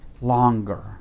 longer